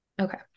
okay